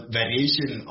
variation